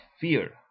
fear